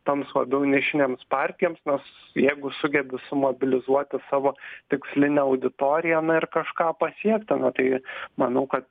toms labiau nišinėms partijoms nors jeigu sugebi sumobilizuoti savo tikslinę auditoriją na ir kažką pasiekti ten tai manau kad